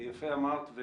יפה אמרת.